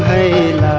a